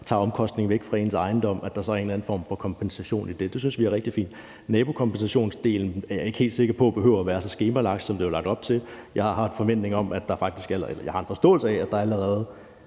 noget af værdien i ens ejendom, så er en eller anden form for kompensation i det. Det synes vi er rigtig fint. Nabokompensationsdelen er jeg ikke helt sikker på behøver at være så skemalagt, som der er lagt op til; jeg har en forståelse af, at der allerede